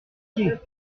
pieds